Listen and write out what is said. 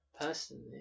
personally